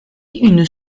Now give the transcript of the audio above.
une